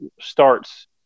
starts